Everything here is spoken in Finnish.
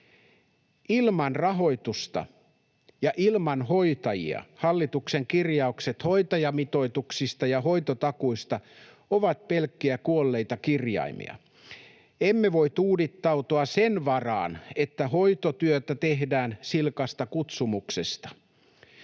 Ilman rahoitusta ja ilman hoitajia hallituksen kirjaukset hoitajamitoituksista ja hoitotakuista ovat pelkkiä kuolleita kirjaimia. Emme voi tuudittautua sen varaan, että hoitotyötä tehdään silkasta kutsumuksesta.